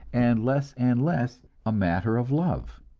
and less and less a matter of love.